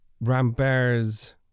Rambert's